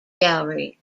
gallery